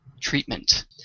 treatment